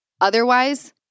Otherwise